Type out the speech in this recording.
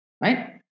right